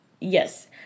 yes